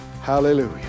Hallelujah